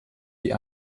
die